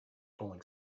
falling